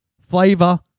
flavor